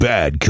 Bad